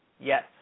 Yes